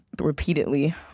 Repeatedly